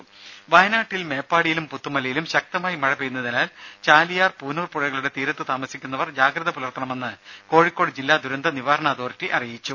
രദേ വയനാട്ടിൽ മേപ്പാടിയിലും പുത്തുമലയിലും ശക്തമായി മഴ പെയ്യുന്നതിനാൽ ചാലിയാർ പൂനൂർ പുഴകളുടെ തീരത്ത് താമസിക്കുന്നവർ ജാഗ്രത പുലർത്തണമെന്ന് കോഴിക്കോട് ജില്ലാ ദുരന്ത നിവാരണ അതോറിറ്റി അറിയിച്ചു